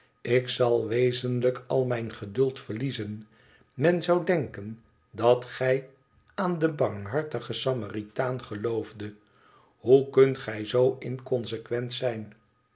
ik zal wezenlijk al mijn geduld verliezen men zou denken dat gij aan den barmhartigen samaritaan geloofdet hoe kunt gij zoo inconsequent zijn